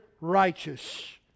righteous